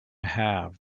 have